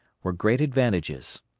were great advantages.